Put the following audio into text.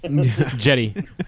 Jetty